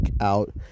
out